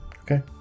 Okay